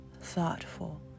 thoughtful